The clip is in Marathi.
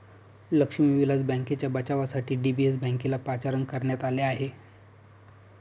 लक्ष्मी विलास बँकेच्या बचावासाठी डी.बी.एस बँकेला पाचारण करण्यात आले आहे